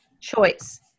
choice